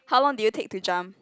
how long did you take to jump